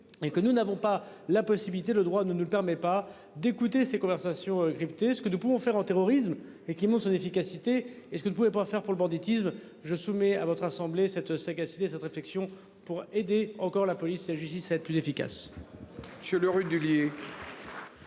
et que nous n'avons pas la possibilité. Le droit ne nous le permet pas d'écouter ses conversations cryptées. Ce que nous pouvons faire en terrorisme et qui montrent une efficacité est ce que je ne pouvais pas faire pour le banditisme je soumets à votre assemblée cette sagacité cette réflexion pour aider encore la police la justice à être plus efficace.